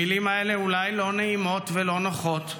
המילים האלה אולי לא נעימות ולא נוחות.